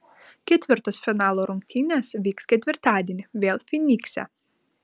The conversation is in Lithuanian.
ketvirtos finalo rungtynės vyks ketvirtadienį vėl fynikse